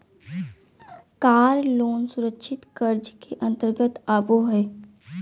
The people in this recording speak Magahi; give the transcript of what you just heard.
कार लोन सुरक्षित कर्ज के अंतर्गत आबो हय